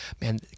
man